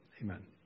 Amen